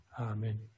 Amen